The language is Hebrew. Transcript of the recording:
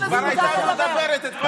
תריצו אותנו, לא הייתה.